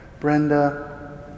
Brenda